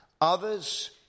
Others